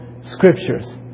scriptures